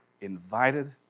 invited